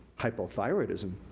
hypothyroidism,